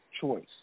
choice